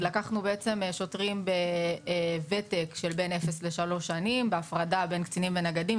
לקחנו שוטרים עם ותק בין אפס לשלוש שנים בהפרדה בין קצינים ונגדים,